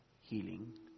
healing